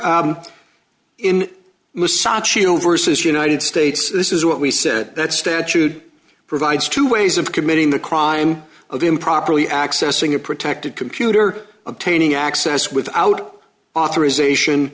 overseas united states this is what we said that statute provides two ways of committing the crime of improperly accessing a protected computer obtaining access without authorization